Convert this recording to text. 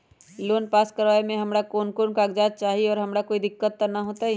Loan पास करवावे में हमरा कौन कौन कागजात चाही और हमरा कोई दिक्कत त ना होतई?